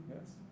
yes